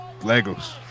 Legos